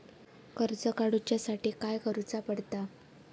कर्ज काडूच्या साठी काय करुचा पडता?